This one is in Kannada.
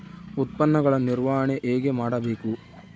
ಉತ್ಪನ್ನಗಳ ನಿರ್ವಹಣೆ ಹೇಗೆ ಮಾಡಬೇಕು?